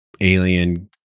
alien